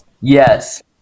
Yes